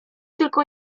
tylko